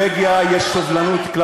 בממשלתו של בנימין נתניהו, שיהיו זכויות אדם.